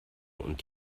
und